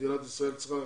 מדינת ישראל צריכה